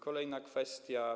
Kolejna kwestia.